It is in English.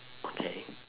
okay